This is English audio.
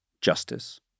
justice